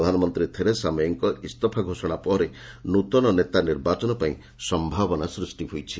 ପ୍ରଧାନମନ୍ତ୍ରୀ ଥେରେସା ମେ'ଙ୍କ ଇସ୍ତଫା ଘୋଷଣା ପରେ ନୃତନ ନେତା ନିର୍ବାଚନ ନେଇ ସମ୍ଭାବନା ସୃଷ୍ଟି ହୋଇଛି